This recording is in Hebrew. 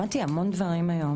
למדתי המון דברים היום,